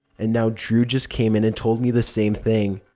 and now drew just came and and told me the same thing.